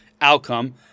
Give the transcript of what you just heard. outcome